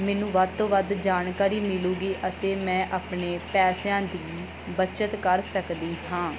ਮੈਨੂੰ ਵੱਧ ਤੋਂ ਵੱਧ ਜਾਣਕਾਰੀ ਮਿਲੂਗੀ ਅਤੇ ਮੈਂ ਆਪਣੇ ਪੈਸਿਆਂ ਦੀ ਬੱਚਤ ਕਰ ਸਕਦੀ ਹਾਂ